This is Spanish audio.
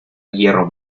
hierro